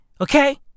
Okay